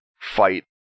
fight